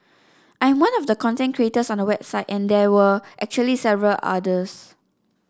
I am one of the content creators on the website and there were actually several others